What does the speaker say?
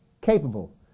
capable